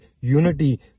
unity